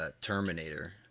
Terminator